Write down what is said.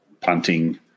punting